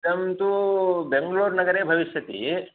इदं तु बेङ्ग्ळूर्नगरे भविष्यति